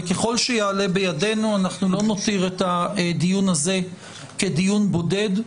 וככל שיעלה בידינו אנחנו לא נותיר את הדיון הזה כדיון בודד,